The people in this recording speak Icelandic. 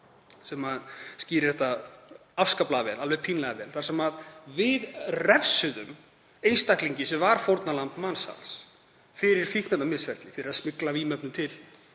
sem skýrir þetta afskaplega vel, alveg pínlega vel, þar sem við refsuðum einstaklingi sem var fórnarlamb mansals fyrir fíkniefnamisferli, fyrir að smygla vímuefnum til